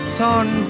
torn